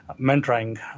mentoring